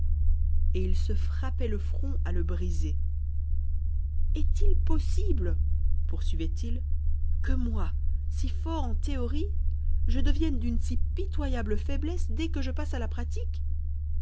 et il se frappait le front à le briser est-il possible poursuivait il que moi si fort en théorie je devienne d'une si pitoyable faiblesse dès que je passe à la pratique